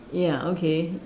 ya okay